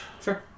Sure